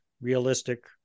realistic